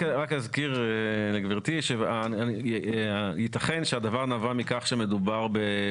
אני רק אזכיר לגברתי שייתכן שהדבר נבע מכך שבהצעת